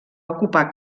ocupar